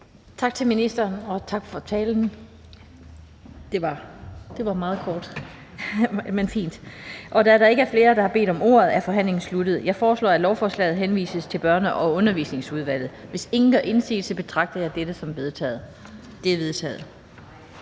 Tak til ministeren for talen. Det var meget kort, men fint. Da der ikke er flere, der har bedt om ordet, er forhandlingen sluttet. Jeg foreslår, at lovforslaget henvises til Børne- og Undervisningsudvalget. Hvis ingen gør indsigelse, betragter jeg dette som vedtaget. Det er vedtaget.